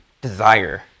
desire